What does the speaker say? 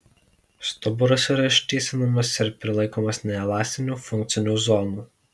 stuburas yra ištiesinamas ir prilaikomas neelastinių funkcinių zonų